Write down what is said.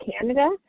Canada